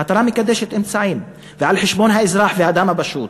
המטרה מקדשת את האמצעים על חשבון האזרח והאדם הפשוט.